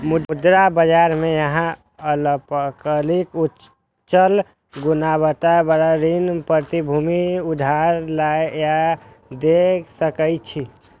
मुद्रा बाजार मे अहां अल्पकालिक, उच्च गुणवत्ता बला ऋण प्रतिभूति उधार लए या दै सकै छी